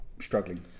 struggling